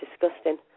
disgusting